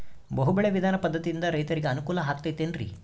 ಬಹು ಬೆಳೆ ವಿಧಾನ ಪದ್ಧತಿಯಿಂದ ರೈತರಿಗೆ ಅನುಕೂಲ ಆಗತೈತೇನ್ರಿ?